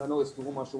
יזכרו משהו